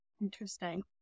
Interesting